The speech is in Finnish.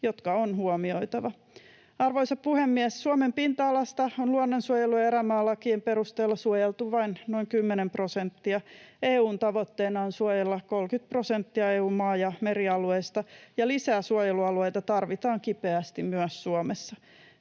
jotka on huomioitava. Arvoisa puhemies! Suomen pinta-alasta on luonnonsuojelu- ja erämaalakien perusteella suojeltu vain noin 10 prosenttia. EU:n tavoitteena on suojella 30 prosenttia EU:n maa- ja merialueista, ja lisää suojelualueita tarvitaan kipeästi myös Suomessa.